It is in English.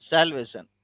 Salvation